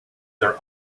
their